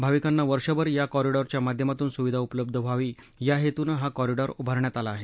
भाविकांना वर्षभर या कॉरीडॉरच्या माध्यमातून सुविधा उपलब्ध व्हावी या हेतूनं हा कॉरीडॉर उभारण्यात आला आहे